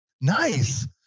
Nice